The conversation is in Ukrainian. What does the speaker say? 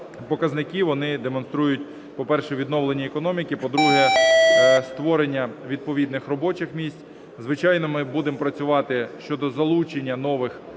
показники вони демонструють, по-перше, відновлення економіки, по-друге, створення відповідних робочих місць. Звичайно, ми будемо працювати щодо залучення нових